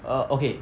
err okay